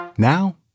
Now